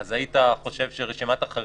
אז היית חושב שרשימת החריגים,